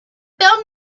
found